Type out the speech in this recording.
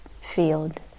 field